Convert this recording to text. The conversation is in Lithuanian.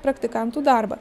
praktikantų darbą